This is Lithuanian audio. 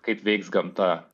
kaip veiks gamta